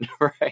Right